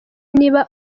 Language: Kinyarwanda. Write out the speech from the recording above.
niba